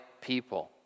people